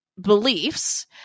Beliefs